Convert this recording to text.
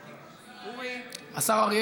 היושב-ראש,